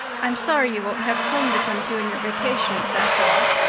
i'm sorry you won't have a home to come to in your vacations, that's all,